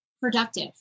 Productive